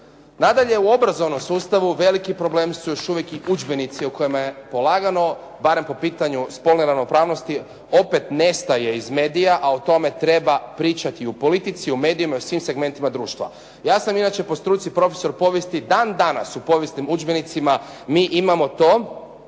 Nadalje, u obrazovnom sustavu veliki problem su još uvije i udžbenici o kojima je polagano barem po pitanju spolne ravnopravnosti opet nestaje iz medija, a o tome treba pričati i u politici, u medijima u svim segmentima društva. Ja sam inače po stuci profesor. I dan danas u povijesnim udžbenicima mi imamo to